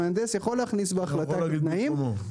המהנדס יכול להכניס בהחלטה כתנאים,